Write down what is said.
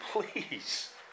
please